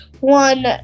one